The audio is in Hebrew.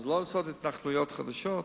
אז לא לעשות התנחלויות חדשות,